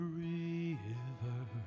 river